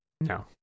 No